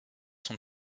sont